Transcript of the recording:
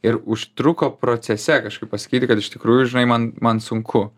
ir užtruko procese kažkaip pasakyti kad iš tikrųjų žinai man man sunku